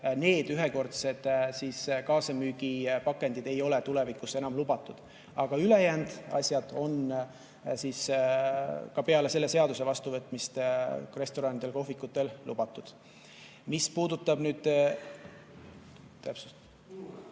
ühekordsed kaasamüügi pakendid ei ole tulevikus enam lubatud. Aga ülejäänud pakendid on peale selle seaduse vastuvõtmist ka restoranidele ja kohvikutele lubatud. Mis puudutab nüüd ...